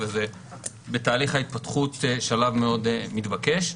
ובתהליך ההתפתחות זה שלב מאוד מתבקש.